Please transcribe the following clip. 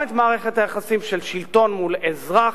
גם את מערכת היחסים של שלטון מול אזרח,